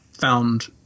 found